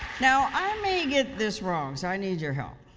now, i may get this wrong, so i need your help.